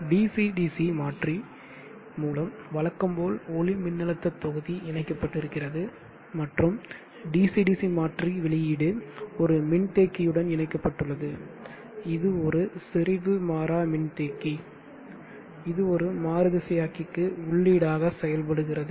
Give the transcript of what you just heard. DC DC மாற்றி மூலம் வழக்கம்போல் ஒளிமின்னழுத்த தொகுதி இணைக்கப்பட்டிருக்கிறது மற்றும் DC DC மாற்றி வெளியீடு ஒரு மின்தேக்கியுடன் இணைக்கப்பட்டுள்ளது இது ஒரு செறிவு மாறா மின்தேக்கி இது ஒரு மாறுதிசையாக்கிற்கு உள்ளீடாக செயல்படுகிறது